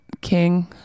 King